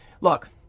Look